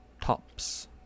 tops